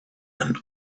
and